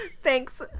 Thanks